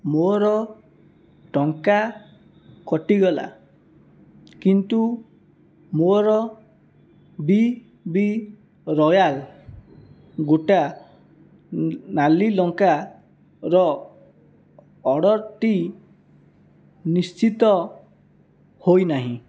ମୋର ଟଙ୍କା କଟିଗଲା କିନ୍ତୁ ମୋର ବି ବି ରୟାଲ ଗୋଟା ନାଲି ଲଙ୍କାର ଅର୍ଡ଼ର୍ଟି ନିଶ୍ଚିତ ହୋଇନାହିଁ